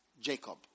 Jacob